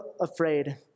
afraid